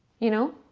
you know?